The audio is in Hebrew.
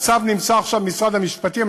הצו נמצא עכשיו במשרד המשפטים,